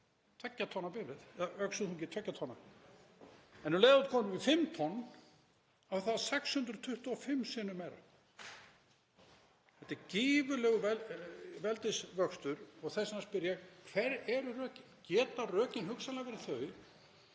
Þetta er gífurlegur veldisvöxtur og þess vegna spyr ég: Hver eru rökin? Geta rökin hugsanlega verið þau